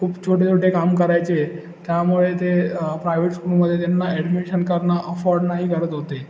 खूप छोटे छोटे काम करायचे त्यामुळे ते प्रायवेट स्कूलमध्ये त्यांना ॲडमिशन करणं अफोर्ड नाही करत होते